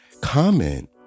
comment